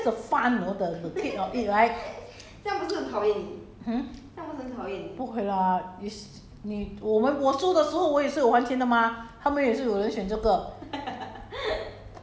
不是每次是久久一次 then that that's the fun you know the the take of it right hmm 不会 lah it's 你我们我输的时候我也是有还钱的 mah 他们也是有人的选这个